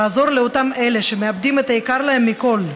לעזור לאותם אלה שמאבדים את היקר להם מכול,